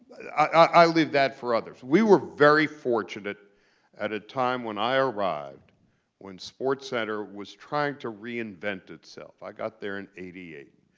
i leave that for others. we were very fortunate at a time when i arrived when sportscenter was trying to reinvent itself. i got there in eighty eight.